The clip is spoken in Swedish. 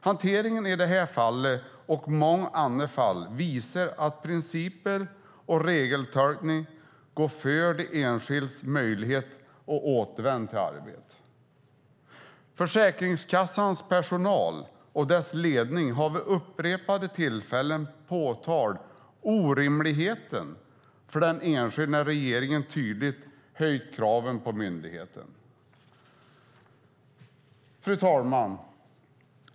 Hanteringen i detta fall och i många andra fall visar att principer och regeltolkning går före den enskildes möjlighet att återvända till arbetet. Försäkringskassans personal och dess ledning har vid upprepade tillfällen påtalat orimligheten för den enskilde när regeringen tydligt har höjt kraven på myndigheten. Fru talman!